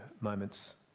moments